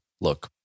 look